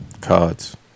Cards